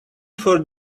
for